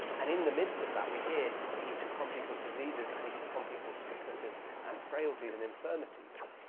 and in the midst of that we hear that he took on people's diseases and he took on people's sicknesses and frailties and infirmities.